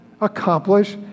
accomplish